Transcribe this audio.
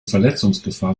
verletzungsgefahr